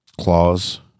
Claws